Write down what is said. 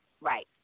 right